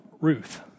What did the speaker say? Ruth